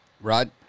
Rod